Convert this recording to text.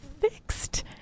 fixed